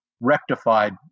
rectified